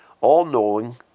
all-knowing